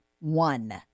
one